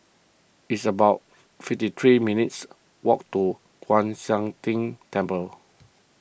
it's about fifty three minutes' walk to Kwan Siang Tng Temple